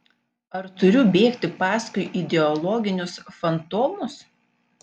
ar turiu bėgti paskui ideologinius fantomus